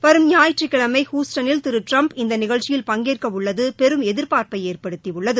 வரும் ஞாயிற்றுக்கிழனம ஹூஸ்டனில் திரு ட்டிரம்ப் இந்த நிகழ்ச்சியில் பங்கேற்க உள்ளது பெரும் எதிர்பார்ப்பை ஏற்படுத்தியுள்ளது